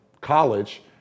college